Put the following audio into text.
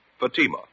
Fatima